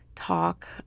talk